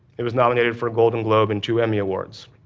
it was nominated for a golden globe and two emmy awards.